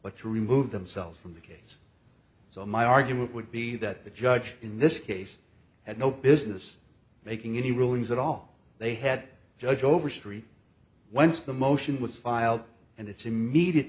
to remove themselves from the case so my argument would be that the judge in this case had no business making any rulings at all they had judge overstreet once the motion was filed and it's immediate